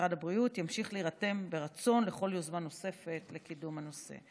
משרד הבריאות ימשיך להירתם ברצון לכל יוזמה נוספת לקידום הנושא.